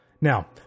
Now